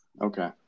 Okay